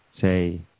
say